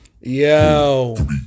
Yo